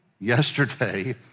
Yesterday